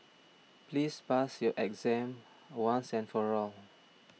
please pass your exam once and for all